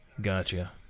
Gotcha